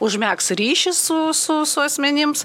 užmegs ryšį su su su asmenims